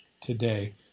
today